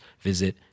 visit